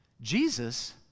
Jesus